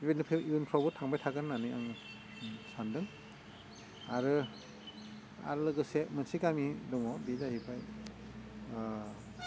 बेबायदिनो फैगोन इयुनफ्रावबो थांबाय थागोन होन्नानै आं सानदों आरो आरो लोगोसे मोनसे गामि दङ बे जाहैबाय